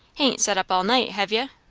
hain't set up all night, hev' ye?